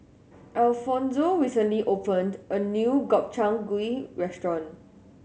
Alfonzo recently opened a new Gobchang Gui Restaurant